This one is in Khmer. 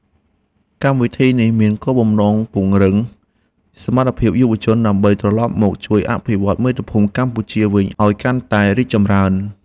កម្មវិធីនេះមានគោលបំណងពង្រឹងសមត្ថភាពយុវជន ដើម្បីត្រឡប់មកជួយអភិវឌ្ឍមាតុភូមិកម្ពុជាវិញឱ្យកាន់តែរីកចម្រើន។